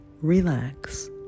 relax